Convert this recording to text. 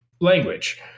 language